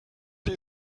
die